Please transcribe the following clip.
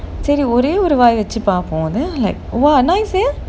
சரி ஒரே ஒரே வாய் வச்சு பாப்போம்:sari orae orae vaai vachu paapom then like I !wah! nice eh